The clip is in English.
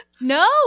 No